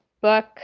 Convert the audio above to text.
book